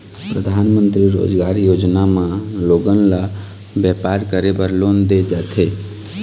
परधानमंतरी रोजगार योजना म लोगन ल बेपार करे बर लोन दे जाथे